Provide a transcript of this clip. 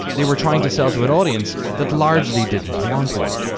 they were trying to sell to an audience that largely didn't want one.